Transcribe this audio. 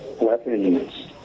Weapons